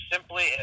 Simply